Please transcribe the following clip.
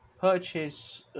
purchase